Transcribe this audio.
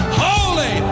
holy